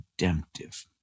redemptive